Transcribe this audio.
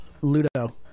Ludo